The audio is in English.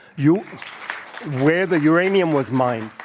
you where the uranium was mined.